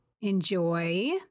enjoy